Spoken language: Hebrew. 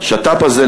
השת"פ הזה,